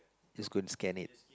just go and scan it